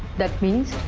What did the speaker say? that means,